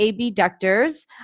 abductors